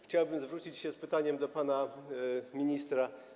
Chciałbym zwrócić się z pytaniem do pana ministra.